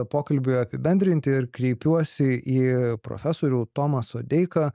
pokalbiui apibendrinti ir kreipiuosi į profesorių tomą sodeiką